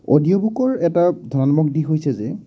audio বুকৰ এটা ধণাত্মক দিশ হৈছে যে